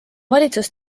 valitsus